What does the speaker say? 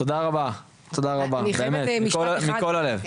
תודה רבה, באמת מכל הלב.